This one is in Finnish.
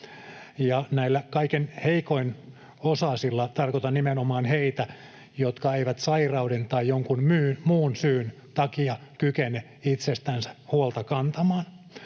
Näillä kaikkein heikompiosaisilla tarkoitan nimenomaan heitä, jotka eivät sairauden tai jonkun muun syyn takia kykene itsestänsä huolta kantamaan.